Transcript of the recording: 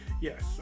Yes